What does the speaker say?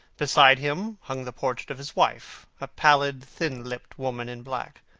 beside him hung the portrait of his wife, a pallid, thin-lipped woman in black.